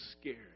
scary